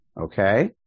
Okay